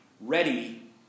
ready